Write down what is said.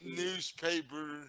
newspaper